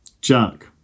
Jack